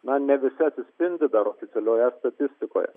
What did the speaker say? na ne visi atsispindi dar oficialioje statistikoje